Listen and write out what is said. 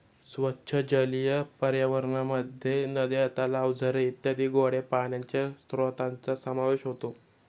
स्वच्छ जलीय पर्यावरणामध्ये नद्या, तलाव, झरे इत्यादी गोड्या पाण्याच्या स्त्रोतांचा समावेश होतो